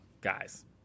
guys